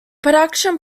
production